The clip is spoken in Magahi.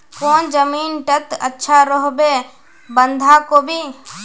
कौन जमीन टत अच्छा रोहबे बंधाकोबी?